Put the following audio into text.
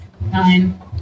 Nine